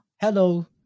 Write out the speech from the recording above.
Hello